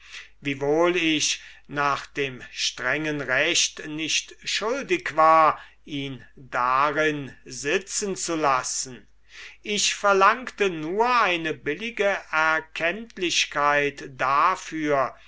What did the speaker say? wiewohl ich nach dem strengen recht nicht schuldig war ihn darin sitzen zu lassen ich verlangte nur eine billige erkenntlichkeit dafür